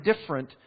different